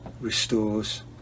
restores